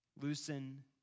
loosen